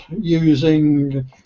using